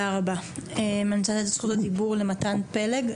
מתן פלג,